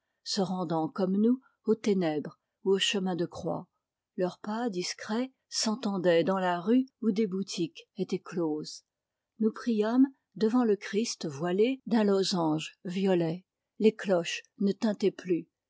se rendant comjn nous aux ténèbres ou au chemin de crpjx leurs pas discrets s'entendaient dans lq rue où des boutiques aiçnt ploies tou priâmes devant le clisj voilé d'un losange violet les cloches ne tintaient plus